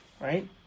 right